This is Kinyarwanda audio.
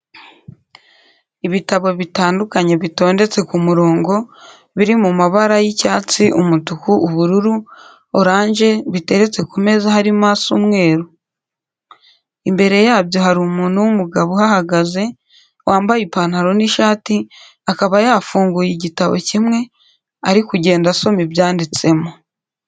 Ibitabo bitandukanye bitondetse ku murongo, biri mu mabara y'icyatsi, umutuku, ubururu, oranje biteretse ku meza harimo asa umweru. Imbere yabyo hari umuntu w'umugabo uhahagaze, wambaye ipantaro n'ishati, akaba yafunguye igitabo kimwe, ari kugenda asoma ibyanditsemo.